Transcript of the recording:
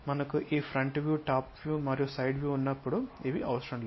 మనకు ఈ front view top view మరియు సైడ్ వ్యూ ఉన్నప్పుడు ఇవి అవసరం లేదు